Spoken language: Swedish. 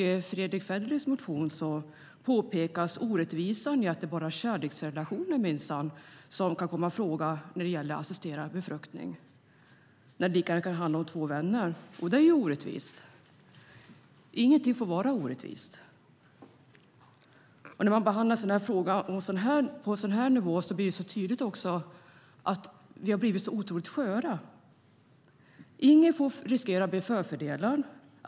I Fredrick Federleys motion påpekas orättvisan i att det bara är kärleksrelationer som kan komma i fråga när det gäller assisterad befruktning när det lika gärna kan handla om två vänner. Det är orättvist. Ingenting får vara orättvist. När man behandlar en fråga på en sådan här nivå blir det så tydligt att vi har blivit så otroligt sköra. Ingen får riskera att bli förfördelad.